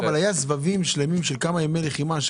לא, אבל היה סבבים שלמים של כמה ימי לחימה.